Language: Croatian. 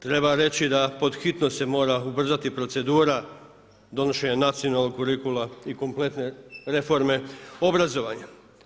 Treba reći, da pod hitno se mora ubrzati procedura donošenje nacionalnog kurikuluma i kompletne reforme obrazovanja.